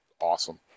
awesome